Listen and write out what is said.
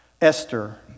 Esther